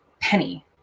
penny